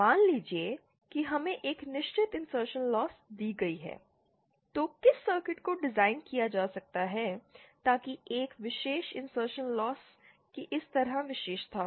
मान लीजिए कि हमें एक निश्चित इंसर्शनल लॉस दी गई है तो किस सर्किट को डिज़ाइन किया जा सकता है ताकि एक विशेष इंसर्शनल लॉस की इस तरह विशेषता हो